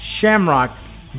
Shamrock